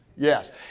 Yes